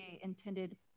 intended